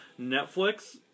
Netflix